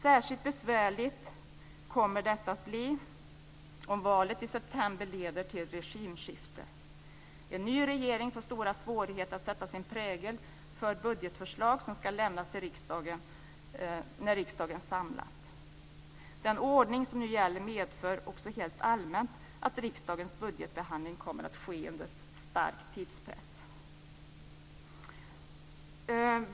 Särskilt besvärligt kommer detta att bli om valet i september leder till regimskifte. En ny regering får stora svårigheter att sätta sin prägel på budgetförslag som ska lämnas när riksdagen samlas. Den ordning som nu gäller medför också helt allmänt att riksdagens budgetbehandling kommer att ske under stark tidspress.